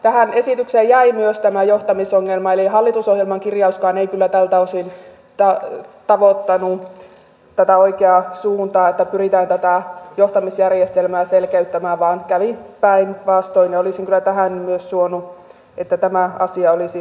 tähän esitykseen jäi myös tämä johtamisongelma eli hallitusohjelman kirjauskaan ei kyllä tältä osin tavoittanut tätä oikeaa suuntaa että pyritään tätä johtamisjärjestelmää selkeyttämään vaan kävi päinvastoin ja olisin kyllä suonut että tämä asia olisi korjaantunut